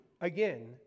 again